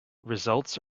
results